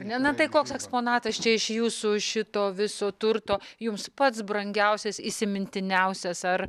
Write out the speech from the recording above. ne na tai koks eksponatas čia iš jūsų šito viso turto jums pats brangiausias įsimintiniausias ar